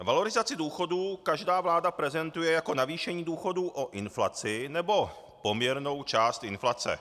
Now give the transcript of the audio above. Valorizaci důchodů každá vláda prezentuje jako navýšení důchodů o inflaci nebo poměrnou část inflace.